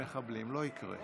אני מרשה